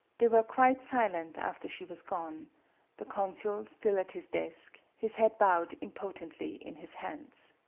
they were quite silent after she was gone the consul still at his desk, his head bowed impotently in his hands.